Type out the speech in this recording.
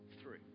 three